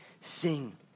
sing